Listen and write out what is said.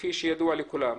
כפי שידוע לכולם.